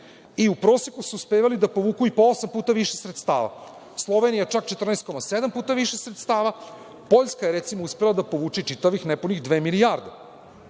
i u proseku su uspevali da povuku po osam puta više sredstava. Slovenija čak 14,7 puta više sredstava. Poljska je uspela da povuče nepunih dve milijarde.